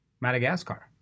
Madagascar